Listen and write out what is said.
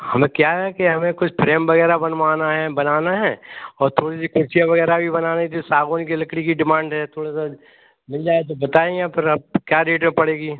हमें क्या है कि हमें कुछ फ्रेम वग़ैरह बनवाना है बनाना है और थोड़ी सी कुर्सियाँ वग़ैरह भी बनानी थी सागवान की लकड़ी की डिमांड है थोड़ा सा मिल जाए तो बताएं या फिर आप क्या रेट में पड़ेगी